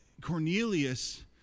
Cornelius